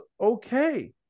okay